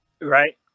Right